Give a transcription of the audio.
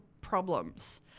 problems